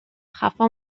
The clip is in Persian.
خفا